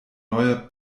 neuer